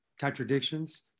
contradictions